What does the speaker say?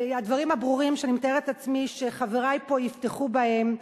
הדברים הברורים שאני מתארת לעצמי שחברי פה יפתחו בהם.